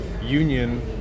Union